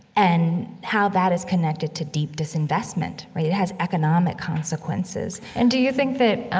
and how that is connected to deep disinvestment, right? it has economic consequences and do you think that,